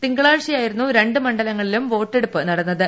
തിങ്കളാഴ്ചയായിരുന്നു രണ്ട് മണ്ഡലങ്ങളിലും വോട്ടെടുപ്പ് നടന്നത്